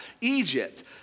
Egypt